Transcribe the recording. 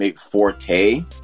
Forte